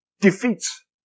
defeats